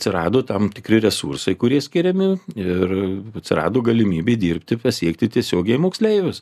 atsirado tam tikri resursai kurie skiriami ir atsirado galimybė dirbti pasiekti tiesiogiai moksleivius